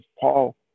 Paul